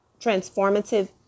transformative